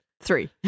Three